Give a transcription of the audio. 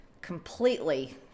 Completely